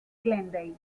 glendale